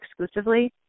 exclusively